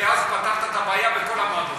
ואז פתרת את הבעיה בכל המועדונים.